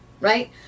right